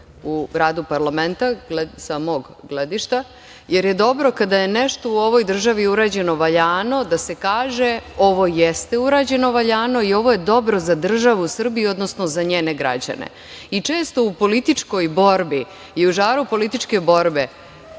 u radu parlamenta sa mog gledišta, jer je dobro kada je nešto u ovoj državi urađeno valjano, da se kaže, ovo jeste urađeno valjano i ovo je dobro za državu Srbiju, odnosno za njene građane. Često u političkoj borbi i u žaru političke borbe